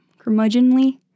curmudgeonly